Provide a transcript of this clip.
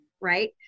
right